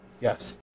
Yes